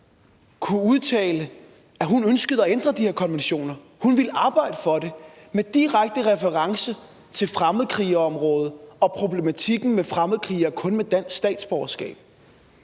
kunne udtale, at hun ønskede at ændre de her konventioner, at hun ville arbejde for det, med direkte reference til fremmedkrigerområdet og problematikken med fremmedkrigere kun med dansk statsborgerskab.